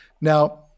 Now